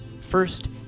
First